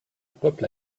peuple